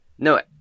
No